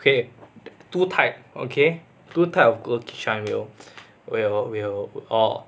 okay two type okay two type of girl kishan will will will uh